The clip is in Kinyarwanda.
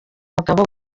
umugabo